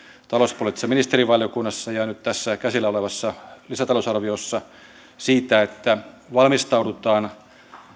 talouspoliittisessa ministerivaliokunnassa ja nyt tässä käsillä olevassa lisätalousarviossa siitä että valmistaudutaan